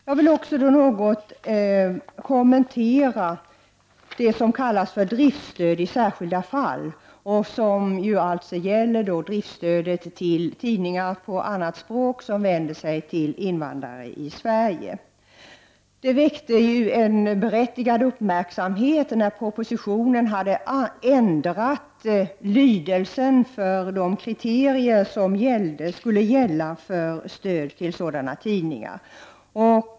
Jag vill också något kommentera det som kallas för driftsstöd i särskilda fall och som gäller driftsstödet till tidningar på annat språk som vänder sig till invandrare i Sverige. Det väckte en berättigad uppmärksamhet när man i propositionen hade ändrat lydelsen av kriterier som skulle gälla för stöd till sådana tidningar.